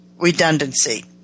redundancy